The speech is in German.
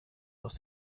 aus